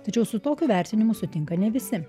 tačiau su tokiu vertinimu sutinka ne visi